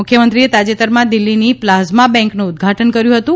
મુખ્યમંત્રીએ તાજેતરમાં દિલ્ફીની પ્લાઝમા બેંકનું ઉદ્વાટન કર્યું હતું